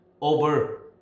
over